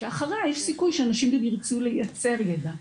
שאחריה יש סיכוי שאנשים ירצו לייצר ידע.